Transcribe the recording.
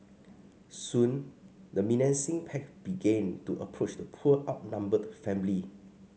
soon the menacing pack began to approach the poor outnumbered family